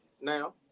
now